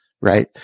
Right